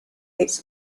its